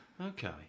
Okay